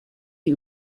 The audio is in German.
die